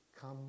Come